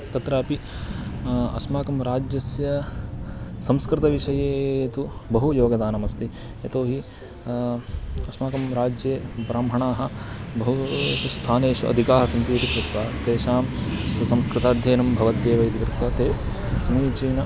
तत्रापि अस्माकं राज्यस्य संस्कृतविषये तु बहु योगदानमस्ति यतोहि अस्माकं राज्ये ब्राह्मणाः बहूषु स्थानेषु अधिकाः सन्ति इति कृत्वा तेषां तु संस्कृताध्ययनं भवत्येव इति कृत्वा ते समीचीनं